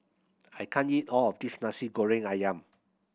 I can't eat all of this Nasi Goreng Ayam